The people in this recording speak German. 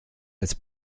als